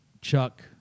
chuck